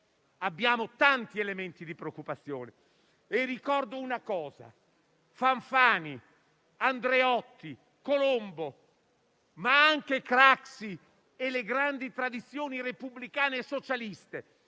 Abbiamo tanti elementi di preoccupazione e ricordo che Fanfani, Andreotti, Colombo, ma anche Craxi e le grandi tradizioni repubblicane e socialiste